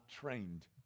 trained